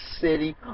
city